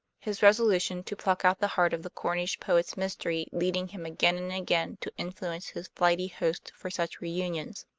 his resolution to pluck out the heart of the cornish poet's mystery leading him again and again to influence his flighty host for such reunions.